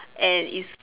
and is